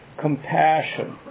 compassion